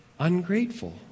ungrateful